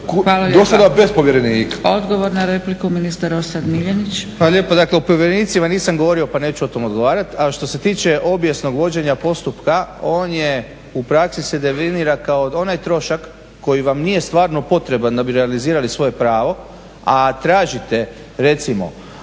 Hvala lijepa. Odgovor na repliku ministar Orsat Miljenić. **Miljenić, Orsat** Hvala lijepa. Dakle, o povjerenicima nisam govorio pa neću o tome odgovarat, ali što se tiče obijesnog vođenja postupka on je u praksi se definira kao onaj trošak koji vam nije stvarno potreban da bi realizirali svoje pravo, a tražite recimo,